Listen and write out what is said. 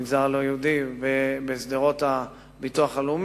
המגזר הלא-יהודי, בשדרות הביטוח הלאומי.